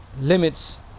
limits